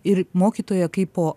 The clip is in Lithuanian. ir mokytoja kaip po